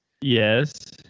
Yes